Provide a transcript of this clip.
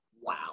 Wow